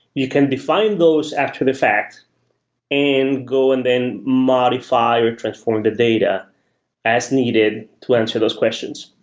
you can define those after the fact and go and then modify or transform the data as needed to answer those questions.